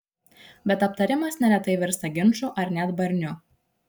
bet aptarimas neretai virsta ginču ar net barniu